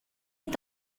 est